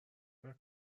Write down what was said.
فکر